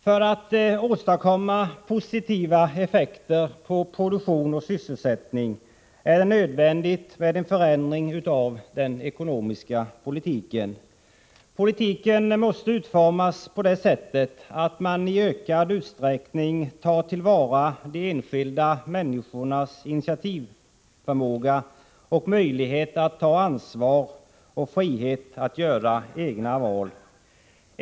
För att åstadkomma positiva effekter på produktion och sysselsättning är det nödvändigt med en förändring av den ekonomiska politiken. Politiken måste utformas så, att man i ökad utsträckning slår vakt om de enskilda människornas initiativförmåga, möjlighet att ta ansvar och frihet att göra egna val.